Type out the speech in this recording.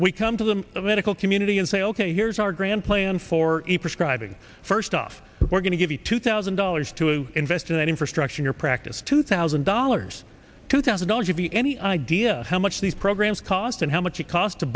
we come to them a medical community and say ok here's our grand plan for a prescribing first off we're going to give you two thousand dollars to invest in infrastructure practice two thousand dollars two thousand dollars should be any idea how much these programs cost and how much it cost to